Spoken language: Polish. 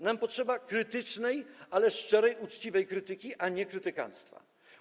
Nam potrzeba wnikliwej, ale szczerej, uczciwej krytyki, a nie krytykanctwa.